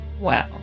Wow